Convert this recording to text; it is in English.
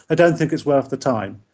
ah don't think it's worth the time.